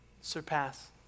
surpass